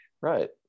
Right